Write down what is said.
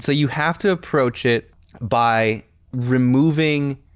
so you have to approach it by removing